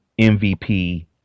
MVP